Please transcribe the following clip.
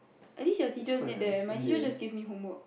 at least your teachers did that eh my teachers just give me homework